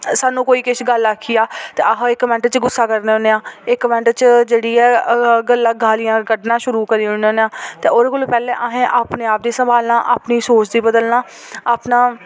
सानू कोई किश गल्ल आखी जा ते अह इक मैंट्ट च गुस्सा करने आं इक मैंट्ट च जेह्ड़ी ऐ गल्ल गालियां कड्ढना शुरू करी उड़ने होन्ने आं ते ओह्दे कोला पैह्ले असें अपने आप गी सम्हालना अपनी सोच गी बदलना अपना